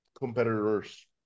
competitors